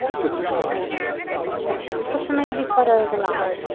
just describe to me that photo for me. so for me this photo is alive.